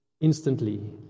instantly